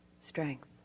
strength